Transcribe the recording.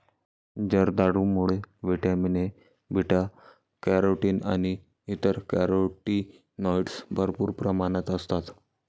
जर्दाळूमध्ये vitamin A, beta carotene आणि इतर कॅरोटीनॉइड्स भरपूर प्रमाणात असतात